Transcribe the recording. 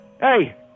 hey